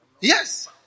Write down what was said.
Yes